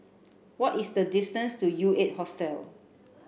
what is the distance to U Eight Hostel